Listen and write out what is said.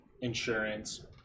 insurance